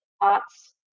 arts